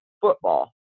football